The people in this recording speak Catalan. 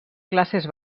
classes